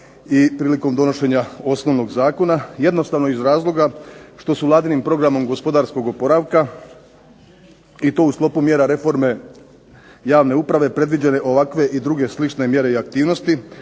i prilikom donošenja osnovnog zakona jednostavno iz razloga što su Vladinim Programom gospodarskog oporavka i to u sklopu mjera reforme javne uprave predviđene ovakve i druge slične mjere i aktivnosti